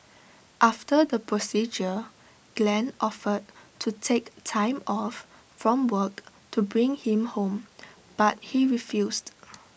after the procedure Glen offered to take time off from work to bring him home but he refused